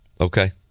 Okay